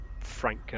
frank